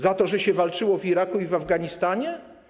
Za to, że się walczyło w Iraku i Afganistanie?